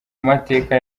mateka